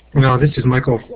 you know this is michael.